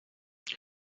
com